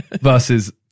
versus